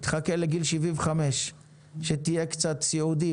חכה לגיל 75, שתהיה קצת סיעודי.